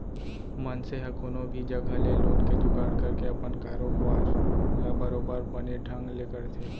मनसे ह कोनो भी जघा ले लोन के जुगाड़ करके अपन कारोबार ल बरोबर बने ढंग ले करथे